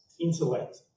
intellect